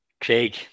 Craig